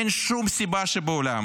אין שום סיבה שבעולם